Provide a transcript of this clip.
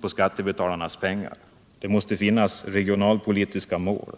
på skattebetalarnas pengar. Det måste finnas regionalpolitiska mål.